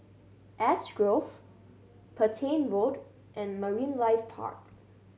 Ash Grove Petain Road and Marine Life Park